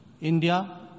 India